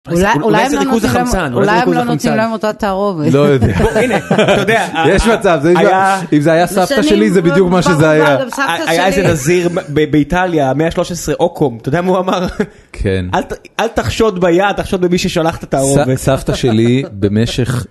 אולי הם לא נותנים להם אותה תערובת. יש מצב, אם זה היה סבתא שלי זה בדיוק מה שזה היה. היה איזה נזיר באיטליה, מאה ה-13, אוקום, אתה יודע מה הוא אמר? כן. אל תחשוד ביד, תחשוד במי ששולח את התערובת. סבתא שלי במשך...